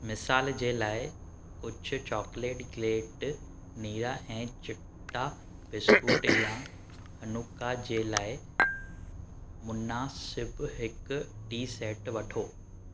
मिसाल जे लाइ कुझु चॉकलेट ग्लेट नीरा ऐं चिटा बिस्कुट या हनुक्का जे लाइ मुनासिबु हिकु टी सैट वठो